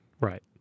Right